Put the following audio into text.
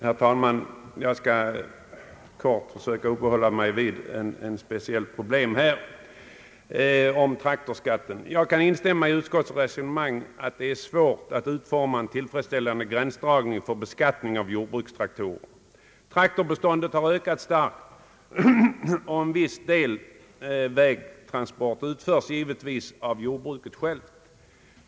Herr talman! Jag skall helt kort ägna mig åt ett speciellt problem i detta sammanhang, traktorskatten. Jag kan instämma i utskottets resonemang att det är svårt att utforma en tillfredsställande gränsdragning för beskattningen av =: jordbrukstraktorer. Traktorbeståndet har ökat starkt, och en viss del vägtransport utförs givetvis av jordbruket självt.